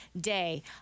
Day